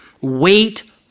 wait